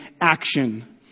action